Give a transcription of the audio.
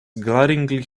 glaringly